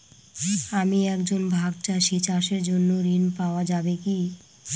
আমি একজন ভাগ চাষি চাষের জন্য ঋণ পাওয়া যাবে কি?